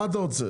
מה אתה רוצה?